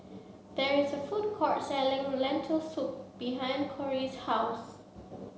there is a food court selling Lentil soup behind Cori's house